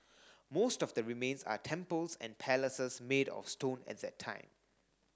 most of the remains are temples and palaces made of stone at that time